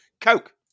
Coke